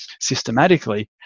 systematically